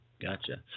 Gotcha